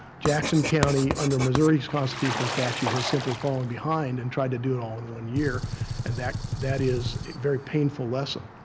jackson county, under missouri's constitution and statute has simply fallen behind and tried to do it all in one year and that that is a very painful lesson.